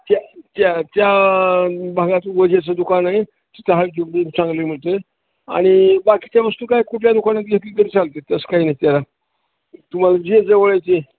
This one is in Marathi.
त्या त्या त्या भागात वजेचं दुकान आहे त त्या चहा जिल्बी चांगली मिळते आणि बाकीच्या वस्तू काय कुठल्या दुकानात तक चालते तसं काही नाही त्या तुम्हाला जी जवळची